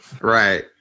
Right